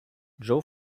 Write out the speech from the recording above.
joe